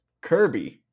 Kirby